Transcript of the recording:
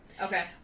Okay